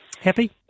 Happy